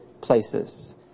places